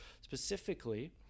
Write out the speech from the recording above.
Specifically